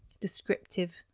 descriptive